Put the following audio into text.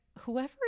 whoever